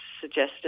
suggested